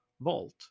vault